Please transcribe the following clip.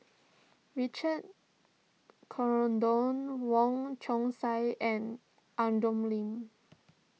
Richard Corridon Wong Chong Sai and Lim